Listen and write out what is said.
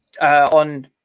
on